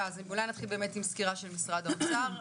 נתחיל עם סקירה של משרד האוצר.